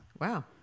Wow